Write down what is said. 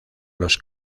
los